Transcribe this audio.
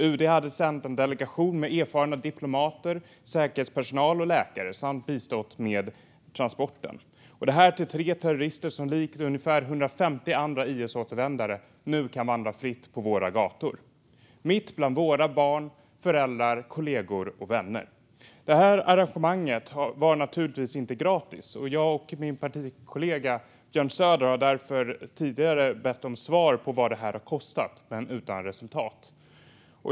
UD hade sänt en delegation med erfarna diplomater, säkerhetspersonal och läkare samt bistått med transporten - detta för tre terrorister som likt ungefär 150 andra IS-återvändare nu kan vandra fritt på våra gator mitt bland våra barn, föräldrar, kollegor och vänner. Det här arrangemanget var naturligtvis inte gratis. Jag och min partikollega Björn Söder har därför tidigare bett om svar på vad det har kostat men utan resultat.